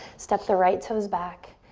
steps the right toes back.